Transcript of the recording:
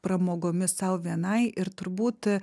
pramogomis sau vienai ir turbūt